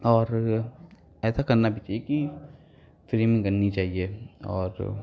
और ऐसा करना भी चहिए कि फ्रेमिंग करनी चाहिए और